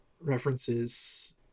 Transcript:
References